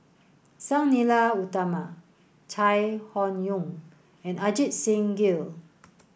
Sang Nila Utama Chai Hon Yoong and Ajit Singh Gill